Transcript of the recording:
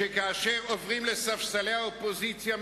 שכאשר עוברים לספסלי האופוזיציה,